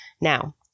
Now